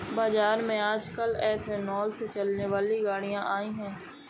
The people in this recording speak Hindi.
बाज़ार में आजकल एथेनॉल से चलने वाली गाड़ियां आई है